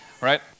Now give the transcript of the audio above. right